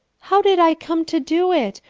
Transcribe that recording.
how did i come to do it?